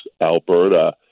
Alberta